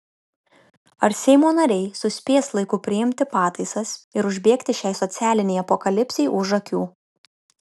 ar seimo nariai suspės laiku priimti pataisas ir užbėgti šiai socialinei apokalipsei už akių